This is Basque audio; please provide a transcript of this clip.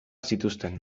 zituzten